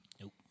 Nope